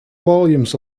volumes